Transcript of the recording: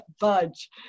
budge